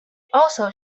also